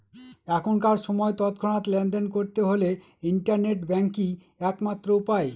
এখনকার সময় তৎক্ষণাৎ লেনদেন করতে হলে ইন্টারনেট ব্যাঙ্কই এক মাত্র উপায়